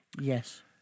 Yes